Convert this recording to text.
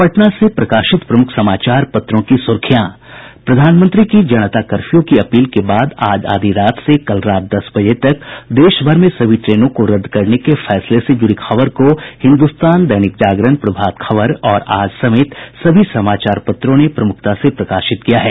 अब पटना से प्रकाशित प्रमुख समाचार पत्रों की सुर्खियां प्रधानमंत्री की जनता कर्फ्यू की अपील के बाद आज आधी रात से कल रात दस बजे तक देशभर में सभी ट्रेनों को रद्द करने के फैसले से जुड़ी खबर को हिन्दुस्तान दैनिक जागरण प्रभात खबर और आज समेत सभी समाचार पत्रों ने प्रमुखता से प्रकाशित किया है